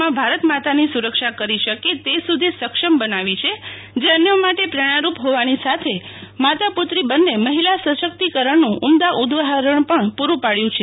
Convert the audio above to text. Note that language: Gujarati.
માં ભારતમાતાની સુરક્ષા કરી શકે તે સુધી સક્ષમ બનાવી છે જે અન્યો માટે પ્રેરણારૂપ જ્ઞોવાની સાથે માતા પુત્રી બંને મહિલા સશક્તિકરણનો ઉમદા ઉદાહરણ પણ પૂડું પાડ્યું છે